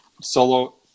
solo